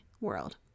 world